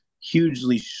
hugely